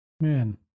Man